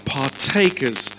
partakers